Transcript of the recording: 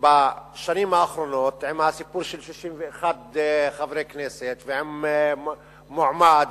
בשנים האחרונות עם הסיפור של 61 חברי כנסת ועם מועמד,